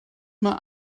mae